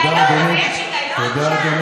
תודה.